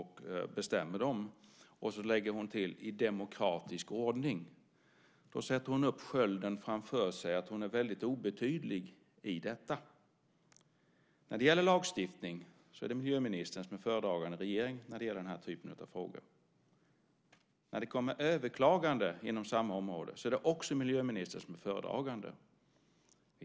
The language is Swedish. I demokratisk ordning, lade hon sedan till. Då sätter hon upp skölden framför sig och menar att hon är väldigt obetydlig i detta. Det är miljöministern som är föredragande i regeringen när det gäller den här typen av lagstiftningsfrågor. När det kommer överklaganden inom samma område är det också miljöministern som är föredragande.